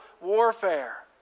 warfare